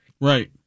Right